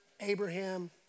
Abraham